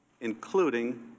including